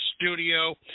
studio